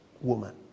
woman